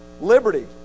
liberty